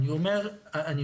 אני אומר ושואל.